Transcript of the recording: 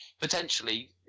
potentially